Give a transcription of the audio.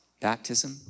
baptism